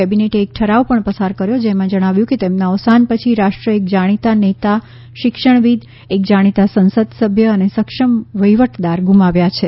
કેબિનેટે એક ઠરાવ પણ પસાર કર્યો જેમાં જણાવ્યું કે તેમના અવસાન પછી રાષ્ટ્ર એક જાણીતા નેતા શિક્ષણવિદ એક જાણીતા સંસદસભ્ય અને સક્ષમ વહીવટદાર ગુમાવ્યા છે